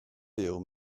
byw